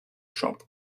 shop